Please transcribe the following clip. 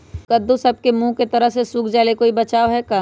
कददु सब के मुँह के तरह से सुख जाले कोई बचाव है का?